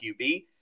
QB